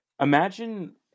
Imagine